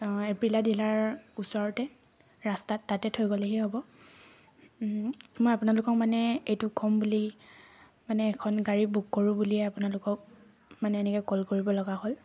Aprilia dealer ওচৰতে ৰাস্তাত তাতে থৈ গ'লেহি হ'ব মই আপোনালোকক মানে এইটো ক'ম বুলি মানে এখন গাড়ী বুক কৰোঁ বুলিয়ে আপোনালোকক মানে এনেকৈ কল কৰিবলগা হ'ল